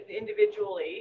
individually